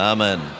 Amen